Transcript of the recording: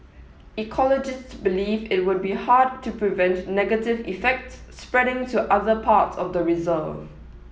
ecologists believe it would be hard to prevent negative effects spreading to other parts of the reserve